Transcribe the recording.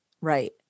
Right